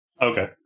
Okay